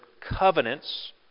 covenants